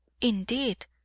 Indeed